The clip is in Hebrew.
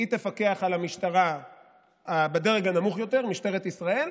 היא תפקח על המשטרה בדרג הנמוך יותר, משטרת ישראל.